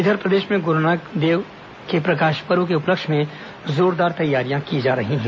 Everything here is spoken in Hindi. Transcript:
इधर प्रदेश में गुरूनानक देव के प्रकाश पर्व के उपलक्ष्य में जोरदार तैयारियां की जा रही हैं